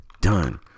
done